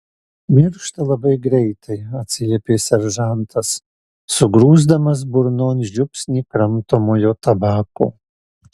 miršta labai greitai atsiliepė seržantas sugrūsdamas burnon žiupsnį kramtomojo tabako